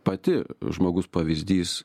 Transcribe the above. pati žmogus pavyzdys